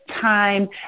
Time